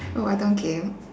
oh I don't game